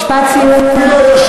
משפט סיום בבקשה.